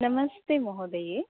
नमस्ते महोदये